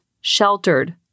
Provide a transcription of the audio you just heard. Sheltered